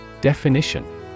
Definition